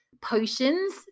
potions